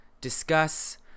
discuss